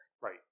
Right